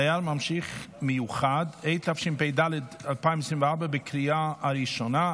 (דייר ממשיך מיוחד), התשפ"ד 2024, לקריאה הראשונה.